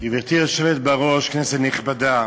בראש, כנסת נכבדה,